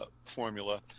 formula